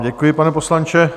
Děkuji vám, pane poslanče.